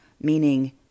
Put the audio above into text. meaning